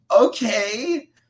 Okay